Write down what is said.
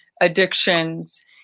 addictions